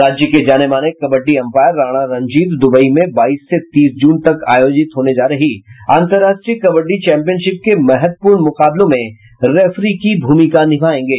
राज्य के जानेमाने कबड्डी अंपायर राणा रणजीत दुबई में बाईस से तीस जून तक आयोजित होने जा रही अंतर्राष्ट्रीय कबड्डी चैंपियनशिप के महत्वपूर्ण मुकाबलों में रेफरी की भूमिका निभायेंगे